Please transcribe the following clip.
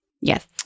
Yes